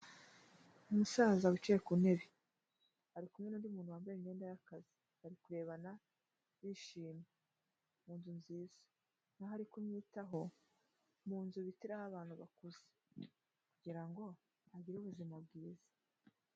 Umusaza wicaye ku ntebe ari kumwe n'undi muntu wambaye imyenda y'akazi, bari kurebana bishimye mu nzu nziza, aho ari kumwitaho mu nzu bitiraho abantu bakuze kugira ngo agire ubuzima bwiza.